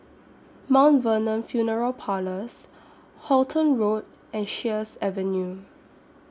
Mountain Vernon Funeral Parlours Halton Road and Sheares Avenue